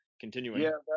continuing